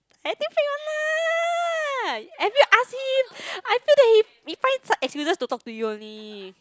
I think fake one lah have you asked him I feel that he find some excuses to talk to you only